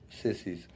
sissies